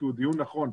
כי הוא דיון נכון,